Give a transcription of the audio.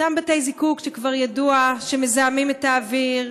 אותם בתי-זיקוק שכבר ידוע שהם מזהמים את האוויר,